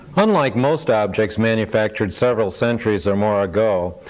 unlike most objects manufactured several centuries or more ago,